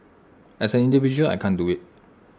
as an individual I can't do IT